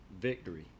victory